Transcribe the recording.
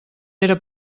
pere